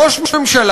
ראש ממשלה,